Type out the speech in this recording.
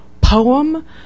poem